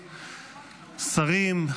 שרים,